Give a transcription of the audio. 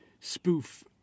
spoof